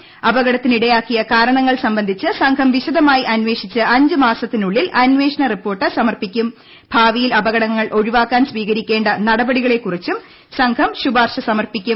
സംഘമാണ് അപകടത്തിനിടയാക്കിയ ക്ടാർണങ്ങൾ സംബന്ധിച്ച് സംഘം വിശദമായി അന്വേഷിച്ച് അഞ്ചു മാസത്തിനുള്ളിൽ അന്വേഷണ റിപ്പോർട്ട് സമർപ്പിക്കുഐ ഭാവിയിൽ അപകടങ്ങൾ ഒഴിവാക്കാൻ സ്വീകരിക്കേണ്ട നടപടികളെക്കുറിച്ചും സംഘം ശുപാർശകൾ സമർപ്പിക്കും